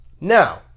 Now